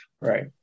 Right